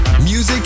Music